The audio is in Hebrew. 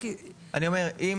עכשיו,